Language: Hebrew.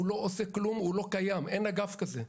הוא לא עושה כלום, הוא לא קיים, אין אגף כזה.